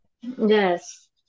yes